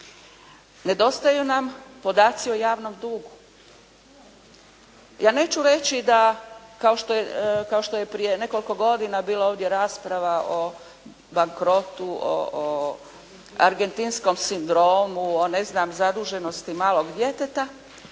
Nedostaju nam podaci o javnom dugu. Ja neću reći da kao što je prije nekoliko godina bila ovdje rasprava o bankrotu, o «argentinskom» sindromu, o ne znam zaduženosti malog djeteta